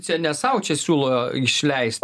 čia ne sau čia siūlo išleist